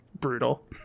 brutal